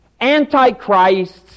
antichrists